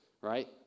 right